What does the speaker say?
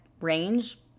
range